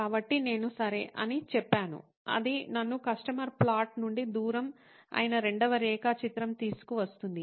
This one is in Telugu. కాబట్టి నేను సరే అని చెప్పాను అది నన్ను కస్టమర్ ప్లాట్ నుండి దూరం అయిన రెండవ రేఖాచిత్రం తీసుకువస్తుంది